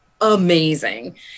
amazing